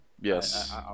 Yes